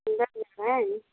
नहीं